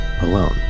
alone